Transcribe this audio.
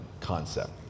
concept